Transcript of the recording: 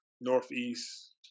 Northeast